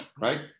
right